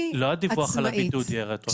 לא שהדיווח על הבידוד יהיה רטרואקטיבי.